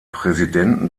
präsidenten